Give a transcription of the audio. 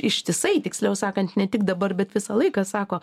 ištisai tiksliau sakant ne tik dabar bet visą laiką sako